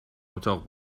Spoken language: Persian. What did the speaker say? اتاق